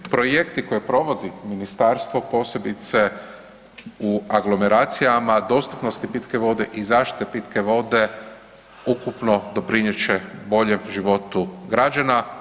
Projekti koje provodi ministarstvo, posebice u aglomeracijama dostupnosti pitke vode i zaštite pitke vode ukupno doprinjet će boljem životu građana.